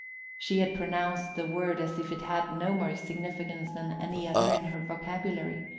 she had pronounced the word as if it had no more significance than any other in her vocabulary.